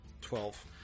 Twelve